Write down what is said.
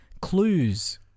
clues